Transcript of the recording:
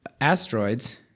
asteroids